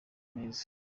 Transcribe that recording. neza